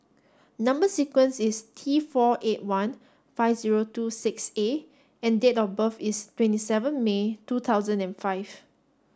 number sequence is T four eight one five zero two six A and date of birth is twenty seven May two thousand and five